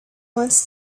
wants